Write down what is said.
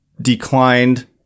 declined